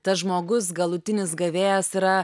tas žmogus galutinis gavėjas yra